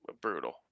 brutal